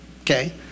Okay